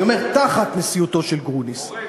אני אומר: תחת נשיאותו של גרוניס.